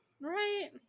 right